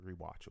rewatchable